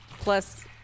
plus